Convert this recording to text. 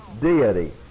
deity